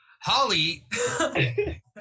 Holly